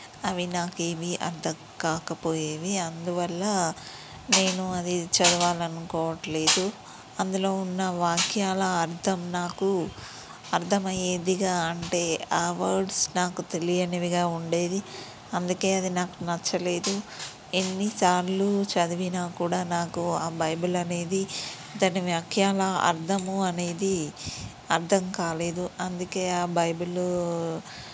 అవి నాకు ఏవి అర్థం కాకపోయేవి అందువల్ల నేను అది చదవాలనుకోవట్లేదు అందులో ఉన్న వాక్యాల అర్థం నాకు అర్థం అయ్యేదిగా అంటే ఆ వర్డ్స్ నాకు తెలియనివిగా ఉండేది అందుకే అది నాకు నచ్చలేదు ఎన్నిసార్లు చదివినా కూడా నాకు ఆ బైబిల్ అనేది దాని వ్యాఖ్యాలా అర్థము అనేది అర్థం కాలేదు అందుకే ఆ బైబిల్లు